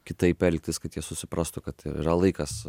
kitaip elgtis kad jie susiprastų kad yra laikas